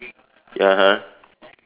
ya (uh huh)